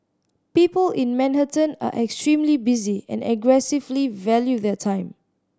people in Manhattan are extremely busy and aggressively value their time